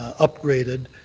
upgraded.